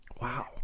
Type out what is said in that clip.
Wow